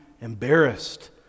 embarrassed